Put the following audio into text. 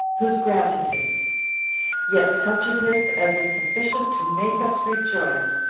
whose grant it is yet such it is as is sufficient to make us rejoice,